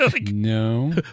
No